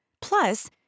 Plus